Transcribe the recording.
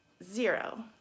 Zero